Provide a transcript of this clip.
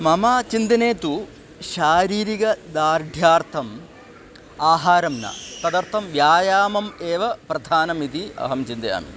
मम चिन्तने तु शारीरिकदार्ढ्यार्थम् आहारं न तदर्थं व्यायामम् एव प्रधानम् इति अहं चिन्तयामि